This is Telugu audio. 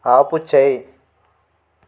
ఆపుచేయి